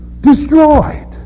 destroyed